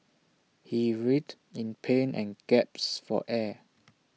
he writhed in pain and gasped for air